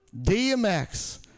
DMX